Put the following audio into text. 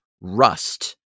rust